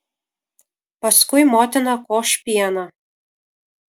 paskui motina koš pieną